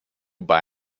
buy